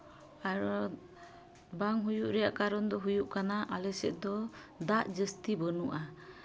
ᱟᱨ ᱵᱟᱝ ᱦᱩᱭᱩᱜ ᱨᱮᱭᱟᱜ ᱠᱟᱨᱚᱱ ᱫᱚ ᱦᱩᱭᱩᱜ ᱠᱟᱱᱟ ᱟᱞᱮ ᱥᱮᱫ ᱫᱚ ᱫᱟᱜᱡᱟᱹᱥᱛᱤ ᱵᱟᱹᱱᱩᱜᱼᱟ